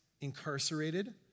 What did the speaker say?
incarcerated